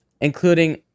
including